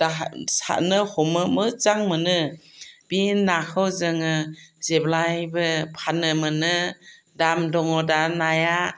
सारनो हमनो मोजां मोनो बे नाखौ जोङो जेब्लायबो फाननो मोनो दाम दङ दा नाया